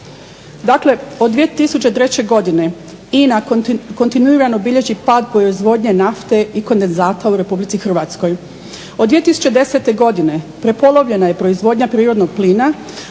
Dakle, od 2003. godine INA kontinuirano bilježi pad proizvodnje nafte i kondenzata u Republici Hrvatskoj. Od 2010. godine prepolovljena je proizvodnja prirodnog plina